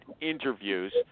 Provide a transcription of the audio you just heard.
interviews